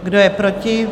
Kdo je proti?